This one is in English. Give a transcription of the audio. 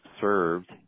served